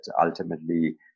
ultimately